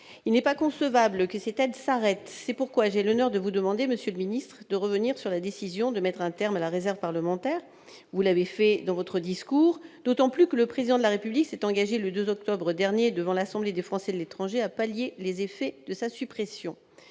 Il n'est pas concevable que cette aide s'arrête. C'est pourquoi j'ai l'honneur de vous demander, monsieur le ministre, de revenir sur la décision de supprimer la réserve parlementaire, sachant que le Président de la République s'est engagé, le 2 octobre dernier, devant l'Assemblée des Français de l'étranger, à pallier les effets de sa suppression.